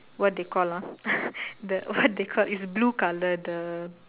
what they call ah the what they call is blue colour the